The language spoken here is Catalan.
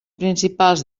principals